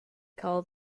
call